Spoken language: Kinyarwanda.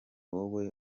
wowe